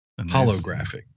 Holographic